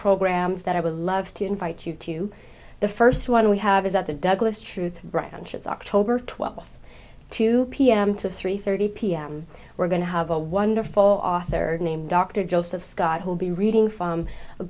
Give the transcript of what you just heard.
programs that i would love to invite you to the first one we have is at the douglas truth ranch it's october twelfth two pm to three thirty pm we're going to have a wonderful author named dr joseph scott who'll be reading from a